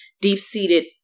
deep-seated